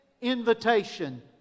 invitation